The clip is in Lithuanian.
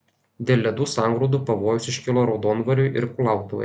dėl ledų sangrūdų pavojus iškilo raudondvariui ir kulautuvai